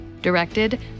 Directed